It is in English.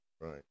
Right